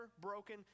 broken